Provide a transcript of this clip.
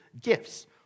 gifts